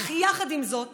אך יחד עם זאת